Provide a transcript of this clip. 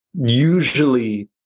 usually